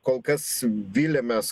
kol kas viliamės